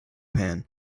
pan